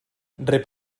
rep